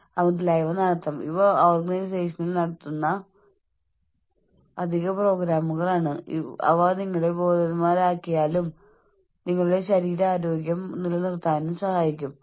ആ വ്യക്തി രാജ്യത്തിന്റെ ശത്രുവാണെങ്കിൽ പോലും നിങ്ങളുടെ രാജ്യത്തിന് അപകടകരമായേക്കാവുന്ന ഒരു മനുഷ്യനെയും സാധാരണക്കാരനായ മനുഷ്യനെയും വേർതിരിച്ചറിയാൻ വളരെയധികം വൈകാരിക പരിശീലനം ആവശ്യമാണെന്ന് ഞാൻ കരുതുന്നു